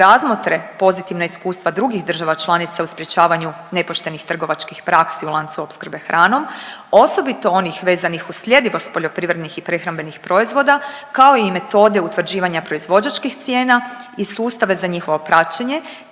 razmotre pozitivna iskustva drugih država članica u sprječavanju nepoštenih trgovačkih praksi u lancu opskrbe hranom, osobito onih vezanih uz sljedivost poljoprivrednih i prehrambenih proizvoda, kao i metode utvrđivanja proizvođačkih cijena i sustave za njihove praćenje,